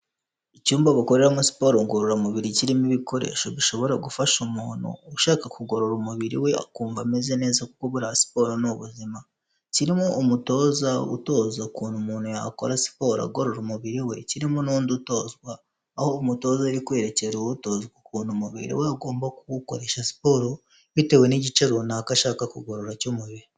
Icyumba bakoreramo siporo ngororamubiri kirimo ibikoresho bishobora gufasha umuntu ushaka kugorora umubiri we akumva ameze neza kuko buiya siporo ni ubuzima kirimo umutoza utoza ukuntu umuntu yakora siporo agorora umubiri we kirimo n'undi utozwa aho umutoza ari kwerekera uwo mutozwa ukuntu umubiri we agomba kuwukoresha siporo bitewe n'igice runaka ashaka kugorora cy'umubiri.